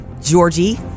Georgie